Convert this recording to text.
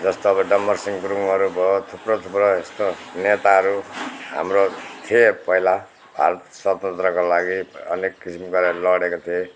जस्तो अब डम्बरसिँह गुरुङहरू भयो थुप्रो थुप्रो यस्तो नेताहरू हाम्रो थिए पहिला भारत स्वतन्त्रको लागि अनेक किसिम गरेर लडेका थिए